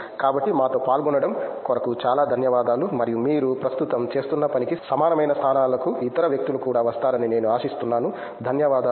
కాబట్టి మాతో పాల్గొనడం కొరకు చాలా ధన్యవాదాలు మరియు మీరు ప్రస్తుతం చేస్తున్న పనికి సమానమైన స్థానాలకు ఇతర వ్యక్తులు కూడా వస్తారని నేను ఆశిస్తున్నాను ధన్యవాదాలు